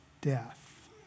death